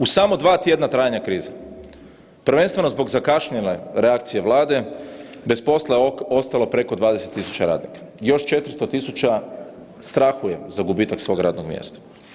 U samo dva tjedna trajanja krize prvenstveno zbog zakašnjele reakcije Vlade, bez posla je ostalo preko 20.000 radnika, još 400.000 strahuje za gubitak svog radnog mjesta.